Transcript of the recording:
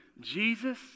Jesus